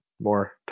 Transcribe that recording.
more